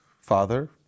father